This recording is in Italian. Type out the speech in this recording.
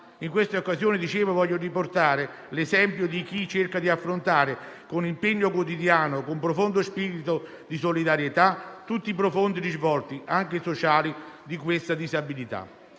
con quella realtà, voglio riportare l'esempio di chi cerca di affrontare con impegno quotidiano e con profondo spirito di solidarietà tutti i profondi risvolti, anche sociali, di questa disabilità.